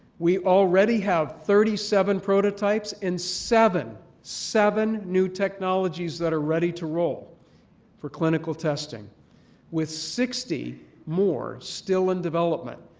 we already have thirty seven prototypes and in seven new technologies that are ready to roll for clinical testing with sixty more still in development.